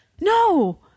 no